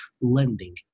lending